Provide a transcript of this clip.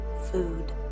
food